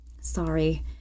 Sorry